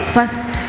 First